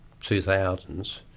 2000s